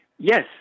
Yes